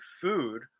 food